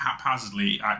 haphazardly